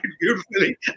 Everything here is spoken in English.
beautifully